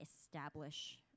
establish